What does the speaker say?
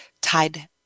tied